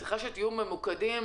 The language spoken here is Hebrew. להיות ממוקדים